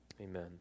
Amen